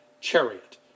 chariot